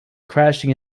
crashing